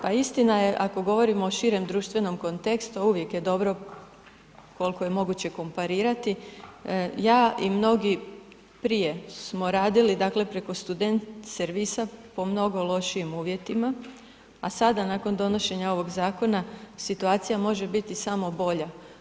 Pa istina je ako govorimo o širem društvenom kontekstu, a uvijek je dobro koliko je moguće komparirati, ja i mnogi prije smo radili dakle preko student servisa po mnogo lošijim uvjetima, a sada nakon donošenja ovog zakona situacija može biti samo bolja.